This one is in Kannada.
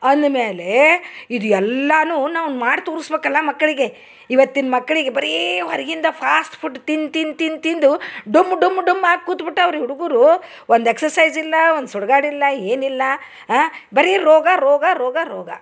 ಅಂದ ಮ್ಯಾಲೆ ಇದು ಎಲ್ಲಾನು ನಾವು ಮಾಡಿ ತೋರಸ್ಬಕಲ್ಲ ಮಕ್ಕಳಿಗೆ ಇವತ್ತಿನ ಮಕ್ಕಳಿಗೆ ಬರಿ ಹೊರ್ಗಿಂದ ಫಾಸ್ಟ್ ಫುಡ್ ತಿನ್ ತಿನ್ ತಿನ್ ತಿಂದು ಡುಮ್ ಡುಮ್ ಡುಮ್ಮಾಗ ಕೂತು ಬುಟ್ಟವ್ರಿ ಹುಡುಗರು ಒಂದು ಎಕ್ಸಸೈಜಿಲ್ಲ ಒಂದು ಸುಡ್ಗಾಡಿಲ್ಲ ಏನಿಲ್ಲ ಬರಿ ರೋಗ ರೋಗ ರೋಗ ರೋಗ